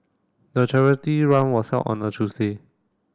the charity run was held on a Tuesday